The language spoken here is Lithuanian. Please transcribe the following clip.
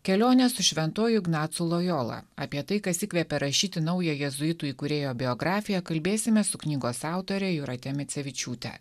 kelionę su šventuoju ignacu lojola apie tai kas įkvėpė rašyti naują jėzuitų įkūrėjo biografiją kalbėsimės su knygos autore jūrate micevičiūte